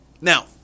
Now